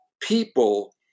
people